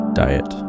diet